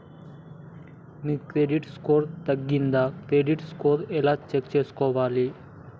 మీ credit score తగ్గిందా credit report ఎలా check చేసుకోవాలి?